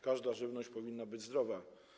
Każda żywność powinna być zdrowa.